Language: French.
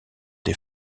des